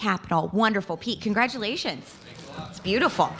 capital wonderful pete congratulations it's beautiful